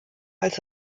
als